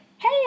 Hey